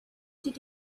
did